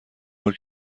بار